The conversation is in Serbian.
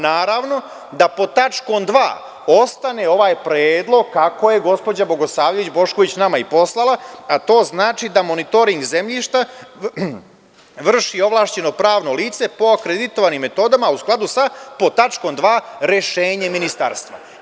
Naravno, da pod tačkom 2) ostane ovaj predlog kako je gospođa Bogosavljević Bošković nama i poslala, a to znači da monitoring zemljišta vrši ovlašćeno pravno lice po akreditovanim metodama, a u skladu sa pod tačkom 2) rešenje ministarstva.